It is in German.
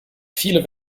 viele